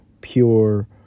pure